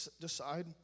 decide